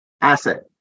asset